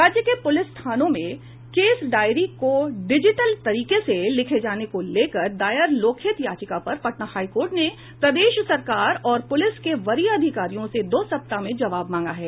राज्य के पूलिस थानों में केस डायरी को डिजिटल तरीके से लिखे जाने को लेकर दायर लोकहित याचिका पर पटना हाईकोर्ट ने प्रदेश सरकार और प्रलिस के वरीय अधिकारियों से दो सप्ताह में जवाब मांगा है